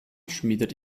schmiedet